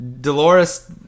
Dolores